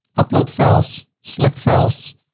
upload files select files.